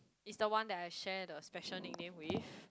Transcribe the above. is the one that I share the special nickname with